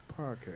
podcast